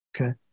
Okay